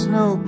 no